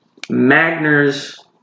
Magner's